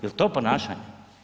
Jel to ponašanje?